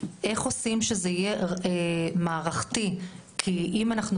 איך עושים שזה יהיה מערכתי כי אם אנחנו